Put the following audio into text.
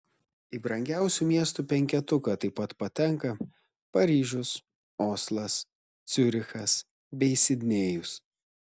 į brangiausių miestų penketuką taip pat patenka paryžius oslas ciurichas bei sidnėjus